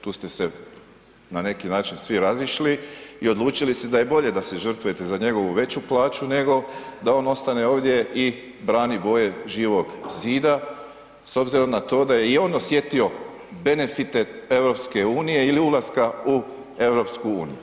Tu ste se na neki način svi razišli i odlučili se da je bolje da se žrtvujete za njegovu veću plaću nego da on ostane ovdje i brani boje Živog zida s obzirom na to da je i on osjetio benefite EU ili ulaska u EU.